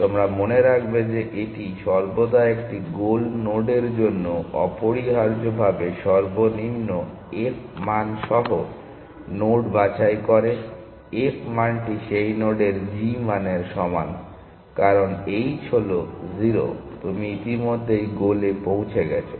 তোমরা মনে রাখবে যে এটি সর্বদা একটি গোল নোডের জন্য অপরিহার্যভাবে সর্বনিম্ন f মান সহ নোড বাছাই করে f মানটি সেই নোডের g মানের সমান কারণ h হলো 0 তুমি ইতিমধ্যেই গোলে পৌঁছে গেছো